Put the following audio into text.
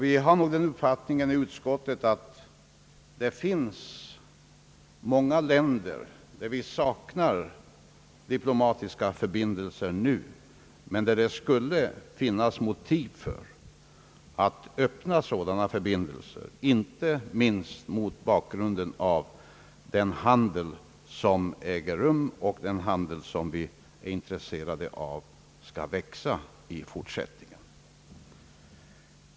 Vi har nog den uppfattningen i utskottet, att Sverige nu saknar diplomatiska förbindelser med länder som det skulle vara motiverat att öppna sådana förbindelser med, inte minst mot bakgrunden av den handel som äger rum och som vi är intresserade av skall växa i fortsättningen.